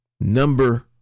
Number